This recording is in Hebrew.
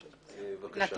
בבקשה.